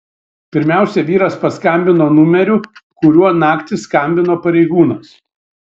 pirmiausia vyras paskambino numeriu kuriuo naktį skambino pareigūnas